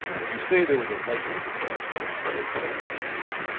you say there was a light moving about but what else did you see?